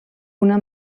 una